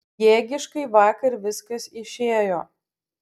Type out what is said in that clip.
jėgiškai vakar viskas išėjo